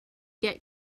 get